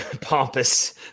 Pompous